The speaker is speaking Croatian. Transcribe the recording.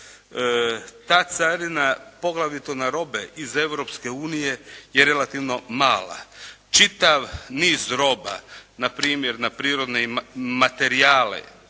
Ta carina poglavito na robe iz Europske unije je relativno mala. Čitav niz roba na primjer na prirodne materijale